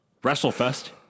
WrestleFest